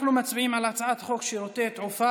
אנחנו מצביעים על הצעת חוק שירותי תעופה